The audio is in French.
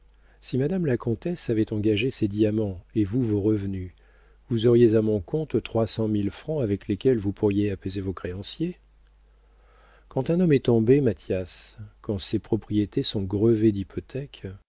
si madame la comtesse avait engagé ses diamants et vous vos revenus vous auriez à mon compte trois cent mille francs avec lesquels vous pourriez apaiser vos créanciers quand un homme est tombé mathias quand ses propriétés sont grevées d'hypothèques